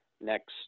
next